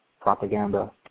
propaganda